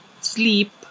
sleep